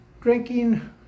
Drinking